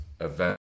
event